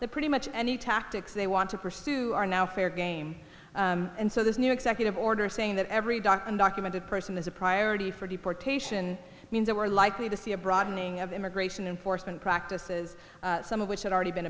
that pretty much any tactics they want to pursue are now fair game and so this new executive order saying that every doctor undocumented person is a priority for deportation means that we're likely to see a broadening of immigration enforcement practices some of which had already been